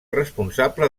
responsable